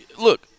Look